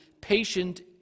patient